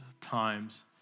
times